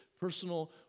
personal